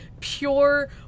pure